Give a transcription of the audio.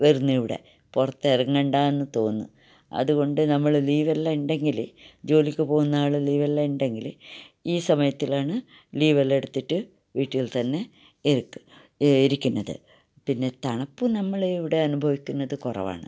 വരുന്നത് ഇവിടെ പുറത്ത് ഇറങ്ങണ്ടാന്ന് തോന്നും അതുകൊണ്ട് നമ്മള് ലീവെല്ലാം ഉണ്ടെങ്കിൽ ജോലിക്ക് പോകുന്ന ആള് ലീവെല്ലാം ഉണ്ടെങ്കില് ഈ സമയത്തിലാണ് ലീവെല്ലാം എടുത്തിട്ട് വീട്ടിൽ തന്നെ ഇരിക്ക് ഇരിക്കുന്നത് പിന്നെ തണുപ്പ് നമ്മള് ഇവിടെ അനുഭവിക്കുന്നത് കുറവാണ്